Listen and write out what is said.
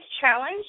challenge